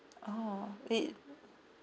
oh it